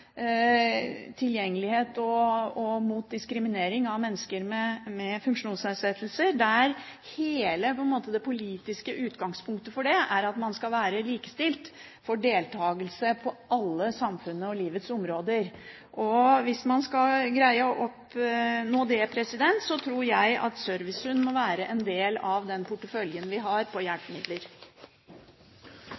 tilgjengelighet og mot diskriminering av mennesker med funksjonsnedsettelser. Hele det politiske utgangspunktet for det er man skal være likestilt med hensyn til deltakelse på alle samfunnets og livets områder. Hvis man skal greie å oppnå det, tror jeg at servicehund må være en del av den porteføljen vi har